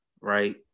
right